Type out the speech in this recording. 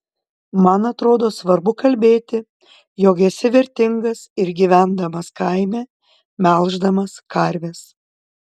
man atrodo svarbu kalbėti jog esi vertingas ir gyvendamas kaime melždamas karves